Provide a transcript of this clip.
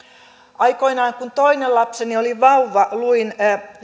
aikoinaan kun toinen lapseni oli vauva luin